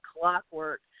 clockwork